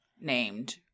named